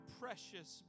precious